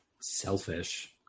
selfish